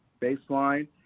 baseline